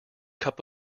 cup